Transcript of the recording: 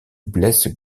blesse